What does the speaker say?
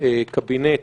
קבינט